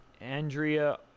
Andrea